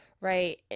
right